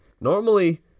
normally